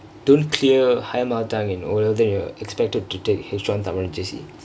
don't clear higher mother tongkue in O level than you are expected to take H one tamil in J_C